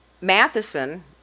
Matheson